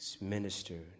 ministered